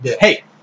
hey